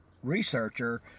researcher